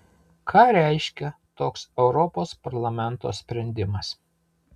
ką reiškia toks europos parlamento sprendimas